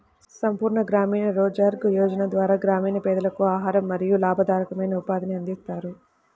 సంపూర్ణ గ్రామీణ రోజ్గార్ యోజన ద్వారా గ్రామీణ పేదలకు ఆహారం మరియు లాభదాయకమైన ఉపాధిని అందిస్తారు